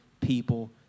people